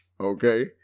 okay